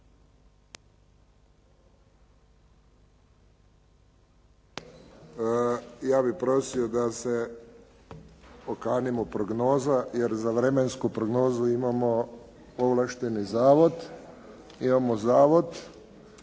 Ja bih prosio da se okanimo prognoza jer za vremensku prognozu imamo ovlašteni zavod.